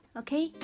okay